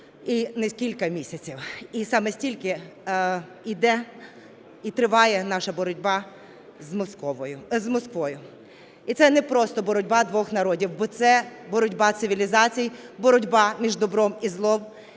і не кілька місяців. І саме стільки йде і триває наша боротьба з Москвою. І це не просто боротьба двох народів, бо це боротьба цивілізацій, боротьба між добром і злом.